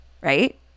right